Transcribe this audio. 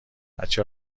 بچه